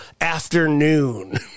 Afternoon